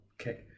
okay